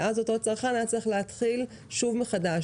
ואז אותו צרכן היה צריך להתחיל שוב מחדש.